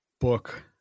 book